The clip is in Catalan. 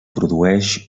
produeix